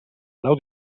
grau